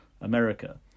America